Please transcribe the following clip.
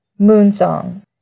Moonsong